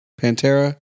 Pantera